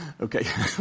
Okay